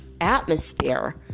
atmosphere